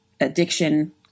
addiction